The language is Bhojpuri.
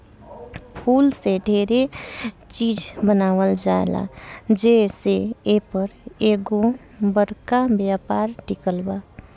फूल से डेरे चिज बनावल जाला जे से एपर एगो बरका व्यापार टिकल बा